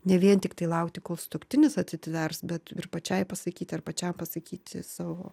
ne vien tiktai laukti kol sutuoktinis atsitvers bet ir pačiai pasakyti ar pačiam pasakyti savo